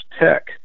Tech